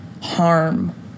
harm